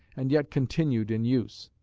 and yet continued in use.